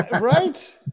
Right